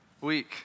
week